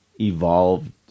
evolved